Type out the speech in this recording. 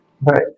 right